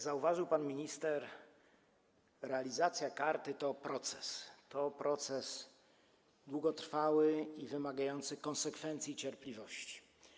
zauważył pan minister, realizacja karty to proces, to proces długotrwały i wymagający konsekwencji i cierpliwości.